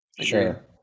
Sure